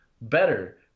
better